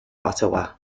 ottawa